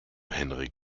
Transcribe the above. henrik